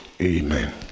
Amen